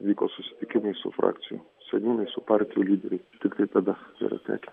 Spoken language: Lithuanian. vyko susitikimai su frakcijom seniūnai su partijų lyderiais tiktai tada yra tekę